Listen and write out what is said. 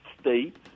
states